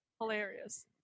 hilarious